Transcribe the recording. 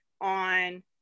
on